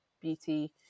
beauty